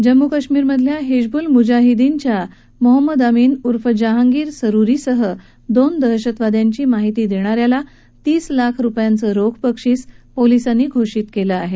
जम्मू कश्मीरमधल्या हिजबूल मुजाहिद्दीनच्या मोहमद अमीन ऊर्फ जहांगीर सरुरीसह दोन दहशतवाद्यांची माहिती देणा याला तीस लाख रुपयांचं रोख बक्षीस पोलीसांनी घोषित केलं आहे